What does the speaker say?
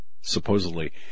supposedly